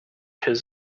his